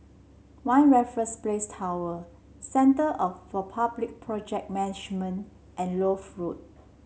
One Raffles Place Tower Centre for Public Project Management and Lloyd Road